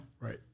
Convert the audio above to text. Right